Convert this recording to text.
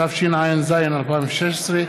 התשע"ז 2016,